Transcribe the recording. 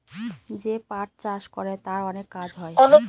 যে পাট চাষ করে তার অনেক কাজ হয়